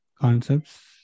Concepts